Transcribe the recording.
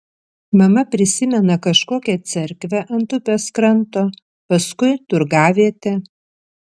mama prisimena kažkokią cerkvę ant upės kranto paskui turgavietę